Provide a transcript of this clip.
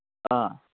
ꯑꯥ